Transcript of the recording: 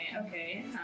okay